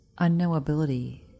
unknowability